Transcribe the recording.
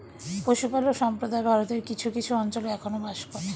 পশুপালক সম্প্রদায় ভারতের কিছু কিছু অঞ্চলে এখনো বাস করে